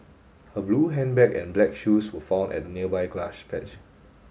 her blue handbag and black shoes were found at a nearby grass patch